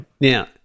Now